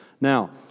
Now